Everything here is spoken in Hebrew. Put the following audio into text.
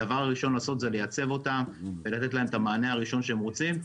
הדבר הראשון לעשות זה לייצב אותם ולתת להם את המענה הראשון שהם רוצים.